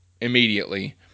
immediately